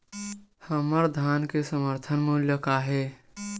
हमर धान के समर्थन मूल्य का हे?